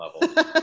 level